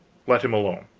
let him alone.